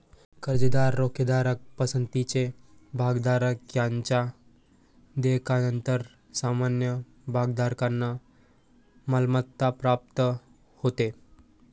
कर्जदार, रोखेधारक, पसंतीचे भागधारक यांच्या देयकानंतर सामान्य भागधारकांना मालमत्ता प्राप्त होते